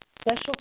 special